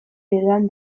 edan